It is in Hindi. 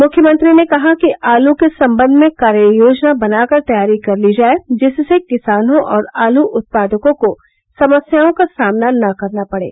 मुख्यमंत्री ने कहा कि आलू के सम्बंध में कार्ययोजना बनाकर तैयारी कर ली जाय जिससे किसानों और आलू उत्पादकों को समस्याओं का सामना न करना पड़े